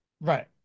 right